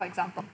for example